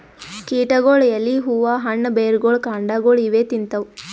ಕೀಟಗೊಳ್ ಎಲಿ ಹೂವಾ ಹಣ್ಣ್ ಬೆರ್ಗೊಳ್ ಕಾಂಡಾಗೊಳ್ ಇವೇ ತಿಂತವ್